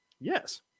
Yes